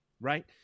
Right